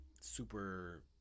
super